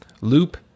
Loop